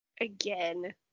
Again